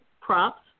props